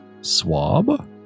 swab